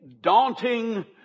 daunting